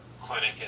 clinic